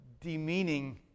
demeaning